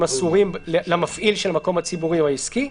אסורים למפעיל של המקום הציבורי או העסקי.